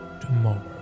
tomorrow